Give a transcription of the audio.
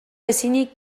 ezinik